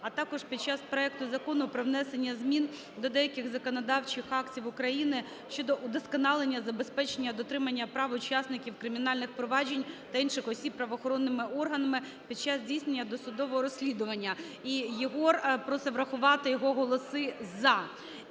а також під час проекту Закону про внесення змін до деяких законодавчих актів України щодо удосконалення забезпечення дотримання прав учасників кримінальних проваджень та інших осіб правоохоронними органами під час здійснення досудового розслідування. І Єгор просить врахувати його голоси "за".